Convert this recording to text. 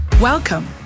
Welcome